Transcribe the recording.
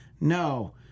no